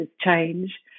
change